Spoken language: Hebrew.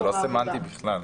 זה לא סמנטי בכלל.